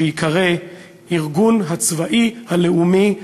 שייקרא הארגון הצבאי הלאומי בארץ-ישראל.